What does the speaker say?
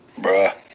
Bruh